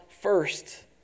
first